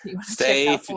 Stay